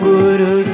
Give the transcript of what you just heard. Guru